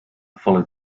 followed